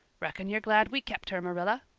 reckon you're glad we kept her, marilla?